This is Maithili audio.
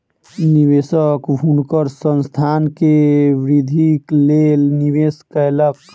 निवेशक हुनकर संस्थान के वृद्धिक लेल निवेश कयलक